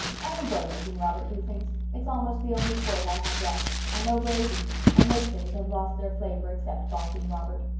i enjoy making robert do things. it's almost the only sport i have left. i'm over eighty and most things have lost their flavour except bossing robert.